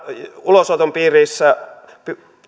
ulosoton piirissä